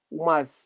umas